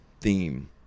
theme